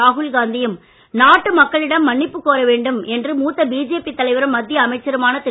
ராகுல் காந்தி யும் நாட்டு மக்களிடம் மன்னிப்பு கோர வேண்டும் என்று மூத்த பிஜேபி தலைவரும் மத்திய அமைச்சருமான திரு